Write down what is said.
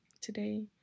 today